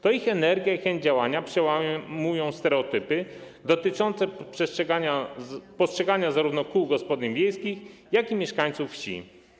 To ich energia i chęć działania przełamują stereotypy dotyczące postrzegania zarówno kół gospodyń wiejskich, jak i mieszkańców wsi.